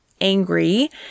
angry